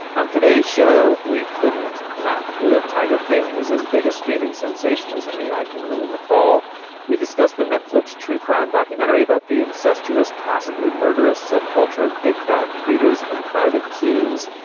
on today's show, we couldn't not do it. tiger king is his biggest streaming sensation as any i can really recall we discussed the netflix true crime documentary about the incestuous, possibly murderous subculture of big cat breeders and private tu's.